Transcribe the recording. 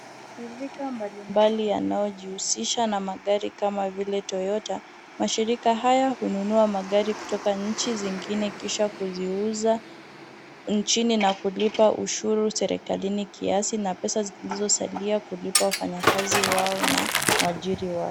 Mashirika mbalimbali yanayojihusisha na magari kama vile Toyota. Mashirika haya hununua magari kutoka nchi zingine kisha kuziuza nchini na kulipa ushuru serikalini kiasi na pesa zilizosalia kulipa wafanyikazi wao na waajiri wao.